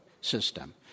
system